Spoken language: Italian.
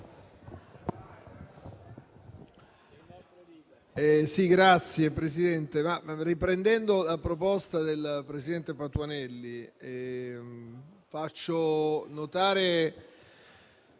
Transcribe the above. Signor Presidente, riprendendo la proposta del presidente Patuanelli, faccio notare